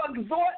exhort